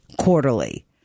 quarterly